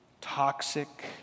toxic